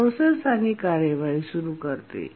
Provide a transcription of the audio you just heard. resources आणि कार्यवाही सुरू करते